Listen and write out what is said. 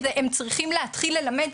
הם צריכים להתחיל ללמד,